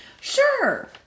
Sure